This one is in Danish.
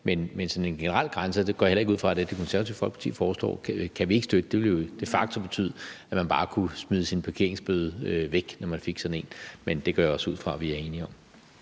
kan vi ikke støtte – og det går jeg heller ikke ud fra at Det Konservative Folkeparti foreslår. Det ville jo de facto betyde, at man bare kunne smide sin parkeringsbøde væk, når man fik sådan en. Men det går jeg også ud fra at vi er enige om.